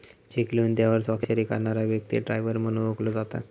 check लिहून त्यावर स्वाक्षरी करणारा व्यक्ती ड्रॉवर म्हणून ओळखलो जाता